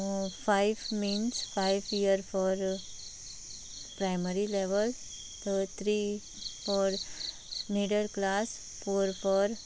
five means five year for primary level three for middle class for for